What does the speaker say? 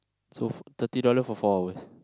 so f~ thirty dollar for four hours